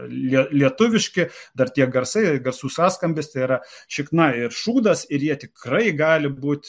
lietuviški dar tie garsai garsų sąskambis tai yra šikna ir šūdas ir jie tikrai gali būti